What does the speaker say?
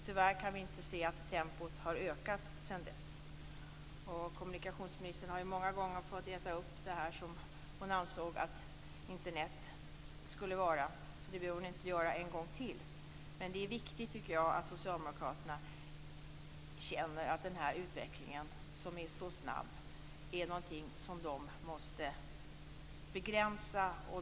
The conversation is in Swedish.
Tyvärr kan vi inte se att tempot har ökat sedan dess. Kommunikationsministern har många gånger fått äta upp det hon sade om vad Internet skulle bli, så det behöver hon inte göra en gång till. Jag tycker att det är viktigt att Socialdemokraterna känner att utvecklingen, som är så snabb, är någonting som de måste begränsa.